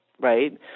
right